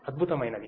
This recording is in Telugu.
అద్భుతమైనధి